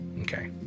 Okay